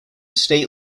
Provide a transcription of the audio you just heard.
state